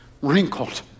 wrinkled